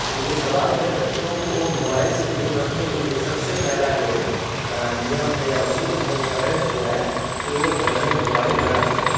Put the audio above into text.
تو یہ سوال ہے بچوں کو موبائل سے دور رکھنے کے لیے سب سے پہلا جو نیم ہے یا اصول ہے وہ پیرنٹس کو ہے کہ وہ گھر میں موبائل نہ رکھیں